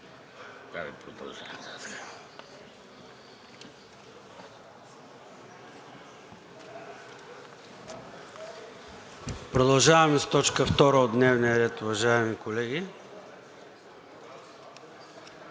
Продължаваме с точка втора от дневния ред, уважаеми колеги.